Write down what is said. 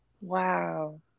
Wow